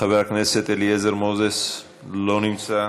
חבר הכנסת אליעזר מוזס, אינו נוכח,